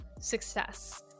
success